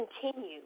continue